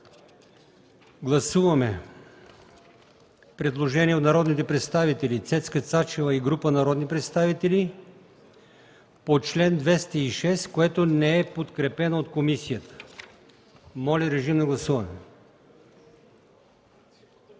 Гласуваме предложение от народните представители Цецка Цачева и група народни представители по чл. 207, което не е подкрепено от комисията. Моля, режим на гласуване.